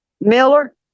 Miller